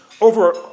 over